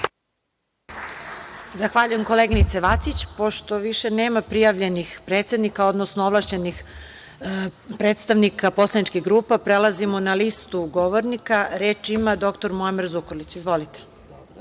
Zahvaljujem, koleginice Vacić. Pošto više nema prijavljenih predsednika, odnosno ovlašćenih predstavnika poslaničkih grupa prelazimo na listu govornika. Reč ima dr Muamer Zukorlić. Izvolite. Izvinjavam